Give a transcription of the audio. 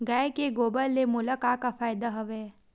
गाय के गोबर ले मोला का का फ़ायदा हवय?